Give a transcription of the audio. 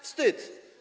Wstyd.